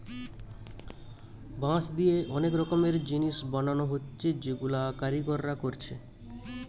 বাঁশ দিয়ে অনেক রকমের জিনিস বানানা হচ্ছে যেগুলা কারিগররা কোরছে